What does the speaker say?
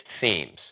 themes